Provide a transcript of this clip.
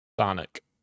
Sonic